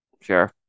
sure